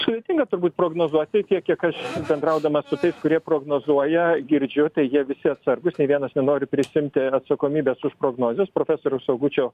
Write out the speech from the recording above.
sudėtinga turbūt prognozuoti tiek kiek aš bendraudamas su tais kurie prognozuoja girdžiu tai jie visi atsargūs nei vienas nenori prisiimti atsakomybės už prognozes profesoriaus augučio